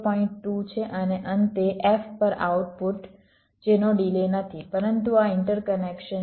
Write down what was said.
2 છે અને અંતે f પર આઉટપુટ જેનો ડિલે નથી પરંતુ આ ઈન્ટરકનેક્શન 0